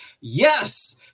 yes